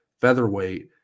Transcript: featherweight